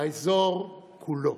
באזור כולו.